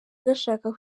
gashaka